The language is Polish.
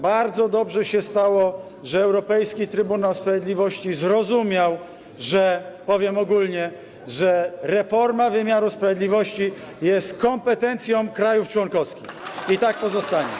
Bardzo dobrze się stało, że Europejski Trybunał Sprawiedliwości zrozumiał, że - powiem ogólnie - reforma wymiaru sprawiedliwości jest kompetencją krajów członkowskich i tak pozostanie.